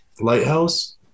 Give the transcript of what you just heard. Lighthouse